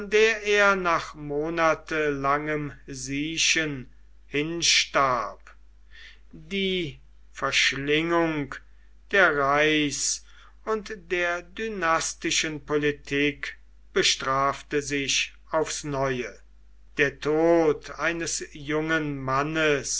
der er nach monatelangem siechen hinstarb die verschlingung der reichs und der dynastischen politik bestrafte sich aufs neue der tod eines jungen mannes